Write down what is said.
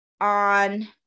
on